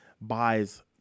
buys